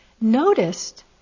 Noticed